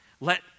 let